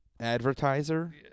Advertiser